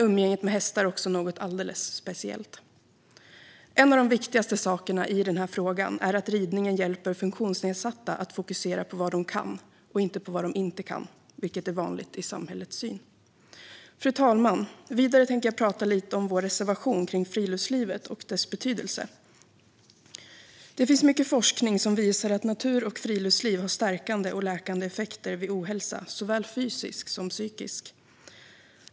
Umgänget med hästar är också något alldeles speciellt. En av de viktigaste sakerna i denna fråga är att ridning hjälper funktionsnedsatta att fokusera på vad de kan - inte på vad de inte kan, vilket är vanligt i samhällets syn. Fru talman! Vidare ska jag tala lite om vår reservation om friluftslivet och dess betydelse. Det finns mycket forskning som visar att natur och friluftsliv har stärkande och läkande effekter vid ohälsa, såväl fysisk som psykisk.